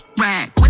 rag